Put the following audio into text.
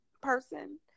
person